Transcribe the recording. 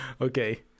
Okay